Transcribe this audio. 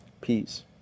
Peace